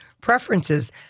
preferences